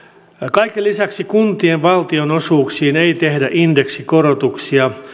kaiken lisäksi kuntien valtionosuuksiin ei tehdä indeksikorotuksia